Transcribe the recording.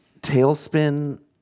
Tailspin